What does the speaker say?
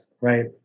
right